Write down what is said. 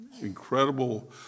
incredible